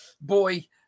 boy